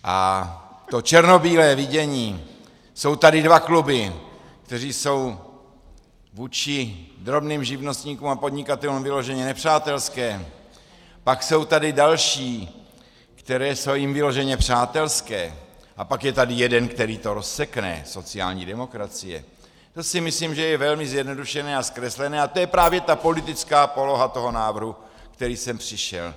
A to černobílé vidění, jsou tady dva kluby, kteří jsou vůči drobným živnostníkům a podnikatelům vyloženě nepřátelské, pak jsou tady další, které jsou jim vyloženě přátelské, a pak je tady jeden, který to rozsekne, sociální demokracie, to si myslím, že je velmi zjednodušené a zkreslené a to je právě ta politická poloha toho návrhu, který sem přišel.